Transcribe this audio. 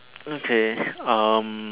okay um